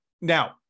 Now